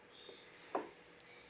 um